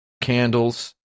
candles